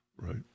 Right